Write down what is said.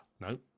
No